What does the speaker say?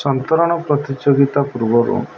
ସନ୍ତରଣ ପ୍ରତିଯୋଗିତା ପୂର୍ବରୁ